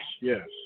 yes